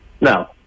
No